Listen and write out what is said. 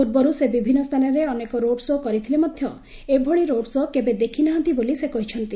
ପୂର୍ବରୁ ସେ ବିଭିନ୍ନ ସ୍ଥାନରେ ଅନେକ ରୋଡ୍ ଶୋ' କରିଥିଲେ ମଧ୍ୟ ଏଭଳି ରୋଡ୍ ଶୋ' କେବେ ଦେଖିନାହାନ୍ତି ବୋଲି ସେ କହିଛନ୍ତି